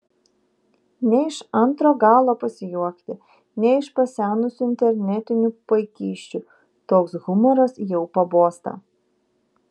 ne iš antro galo pasijuokti ne iš pasenusių internetinių paikysčių toks humoras jau pabosta